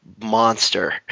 monster